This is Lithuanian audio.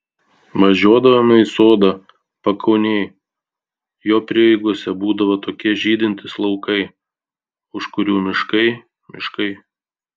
važiuodavome į sodą pakaunėj jo prieigose būdavo tokie žydintys laukai už kurių miškai miškai